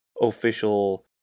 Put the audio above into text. official